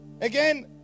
again